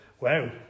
wow